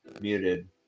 muted